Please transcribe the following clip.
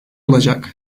olacak